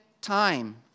time